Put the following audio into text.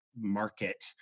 market